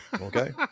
Okay